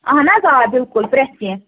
اَہَن حظ آ بِلکُل پرٛٮ۪تھ کیٚنٛہہ